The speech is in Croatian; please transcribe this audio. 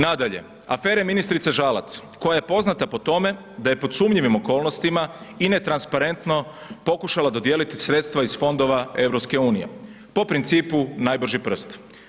Nadalje, afere ministrice Žalac koja je poznata po tome da je pod sumnjivim okolnostima i netransparentno pokušala dodijeliti sredstva iz fondova EU po principu najbrži prst.